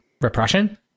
repression